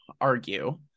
argue